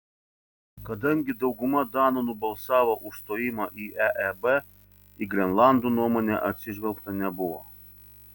kadangi dauguma danų nubalsavo už stojimą į eeb į grenlandų nuomonę atsižvelgta nebuvo